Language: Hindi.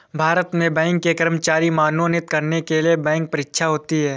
भारत में बैंक के कर्मचारी मनोनीत करने के लिए बैंक परीक्षा होती है